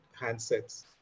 handsets